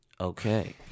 Okay